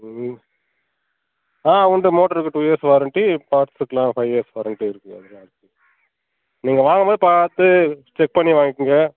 ஆ உண்டு மோட்ருக்கு two years warranty பார்ட்ஸ்க்குலாம் ஃபை இயர்ஸ் வாரண்ட்டி இருக்குதுங்க நீங்கள் வாங்கும் போது பார்த்து செக் பண்ணி வாங்கிக்கோங்க